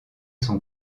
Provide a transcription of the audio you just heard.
son